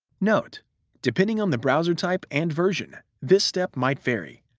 note depending on the browser type and version, this step might vary.